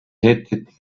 hättet